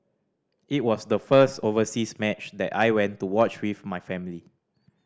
it was the first overseas match that I went to watch with my family